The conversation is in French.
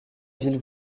ville